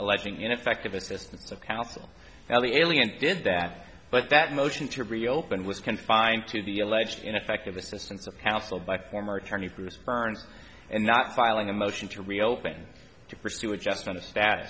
alleging ineffective assistance of counsel now the alien did that but that motion to reopen was confined to the alleged ineffective assistance of counsel by former attorney bruce byrne and not filing a motion to reopen to pursue adjustment of sta